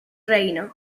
reino